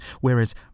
Whereas